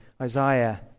Isaiah